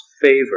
favor